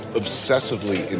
obsessively